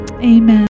Amen